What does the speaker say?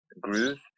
groove